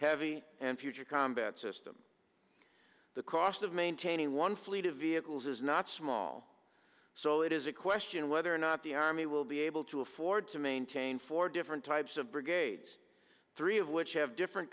heavy and future combat system the cost of maintaining one fleet of vehicles is not small so it is a question of whether or not the army will be able to afford to maintain four different types of brigades three of which have different